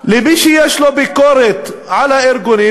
מי שיש לו ביקורת על הארגונים,